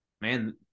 man